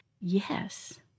Yes